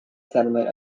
settlement